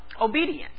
obedience